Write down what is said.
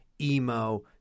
emo